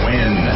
Win